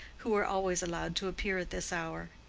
who were always allowed to appear at this hour.